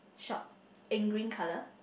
shop in green colour